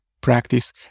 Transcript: practice